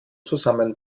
zusammen